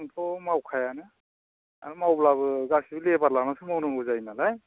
आंथ' मावखायानो आर मावब्लाबो गासिबो लेभार लानानैसो मावनांगौ जायो नालाय